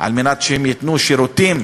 על מנת שהן ייתנו שירותים